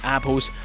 Apple's